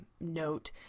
note